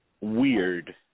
weird